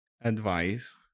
advice